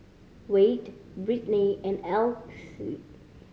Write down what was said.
Wayde Brittnay and Alyce